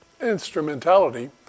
instrumentality